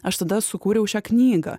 aš tada sukūriau šią knygą